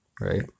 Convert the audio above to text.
right